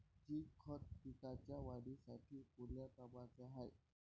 Zinc खत पिकाच्या वाढीसाठी कोन्या कामाचं हाये?